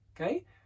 okay